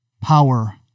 power